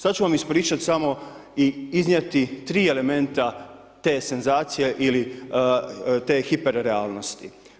Sad ću vam ispričati samo i iznijeti 3 elementa te senzacije ili te hiperrealnosti.